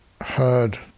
heard